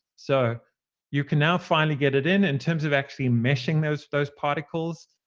so you can now finally get it in. in terms of actually meshing those those particles,